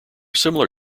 similar